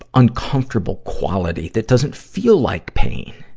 uncomfortable quality that doesn't feel like pain.